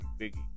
Biggie